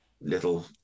little